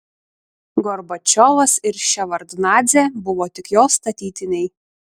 gorbačiovas ir ševardnadzė buvo tik jo statytiniai